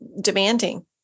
demanding